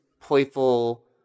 playful